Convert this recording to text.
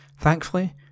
Thankfully